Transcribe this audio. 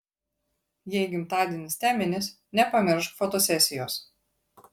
jei gimtadienis teminis nepamiršk fotosesijos